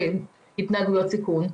להביא להתנהגויות סיכון,